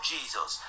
Jesus